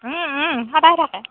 সদায় থাকে